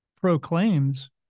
proclaims